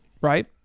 Right